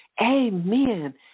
Amen